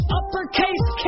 uppercase